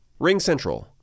RingCentral